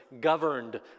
governed